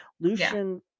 lucian